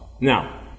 Now